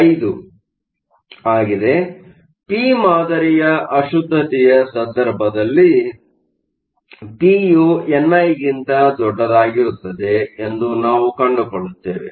ಆದ್ದರಿಂದ ಪಿ ಮಾದರಿಯ ಅಶುದ್ಧತೆಯ ಸಂದರ್ಭದಲ್ಲಿ ಪಿ ಯು ಎನ್ಐ ಗಿಂತ ದೊಡ್ಡದಾಗಿರುತ್ತದೆ ಎಂದು ನಾವು ಕಂಡುಕೊಳ್ಳುತ್ತೇವೆ